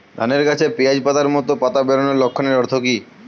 ধানের গাছে পিয়াজ পাতার মতো পাতা বেরোনোর লক্ষণের অর্থ কী?